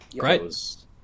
Right